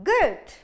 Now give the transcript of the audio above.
Good